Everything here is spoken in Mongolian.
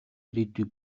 ирээдүй